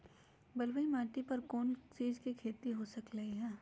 बलुई माटी पर कोन कोन चीज के खेती हो सकलई ह?